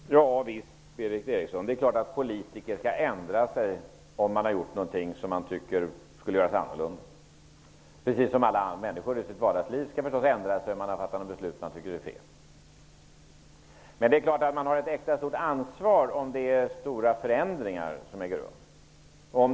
Herr talman! Ja visst, Berith Eriksson, är det klart att politiker skall kunna ändra sig om man har gjort någonting som man tycker borde göras annorlunda, precis som alla människor i vardagslivet skall kunna ändra sig om de har fattat beslut som de tycker är felaktiga. Men naturligtvis har man ett extra stort ansvar när stora förändringar äger rum.